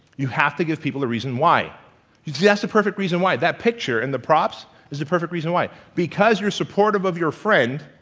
you have to give people a reason why yes a perfect reason why that picture in the props is a perfect reason why because your support above your friend